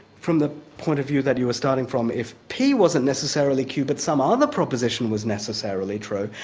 from the point of view that you are starting from, if p wasn't necessarily q but some other proposition was necessarily true,